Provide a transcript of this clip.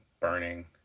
burning